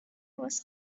was